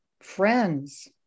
friends